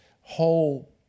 whole